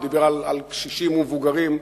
הוא דיבר על קשישים ומבוגרים,